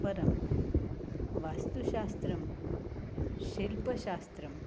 परं वास्तुशास्त्रं शिल्पशास्त्रम्